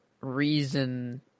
reason –